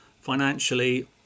financially